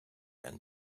and